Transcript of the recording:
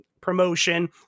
promotion